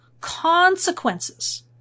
consequences